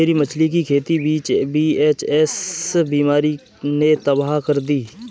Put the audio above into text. मेरी मछली की खेती वी.एच.एस बीमारी ने तबाह कर दी